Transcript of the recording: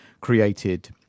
created